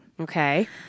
Okay